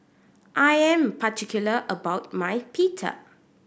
I am particular about my Pita